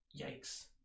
yikes